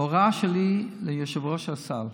ההוראה שלי ליושב-ראש הסל,